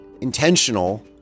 intentional